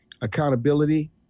Accountability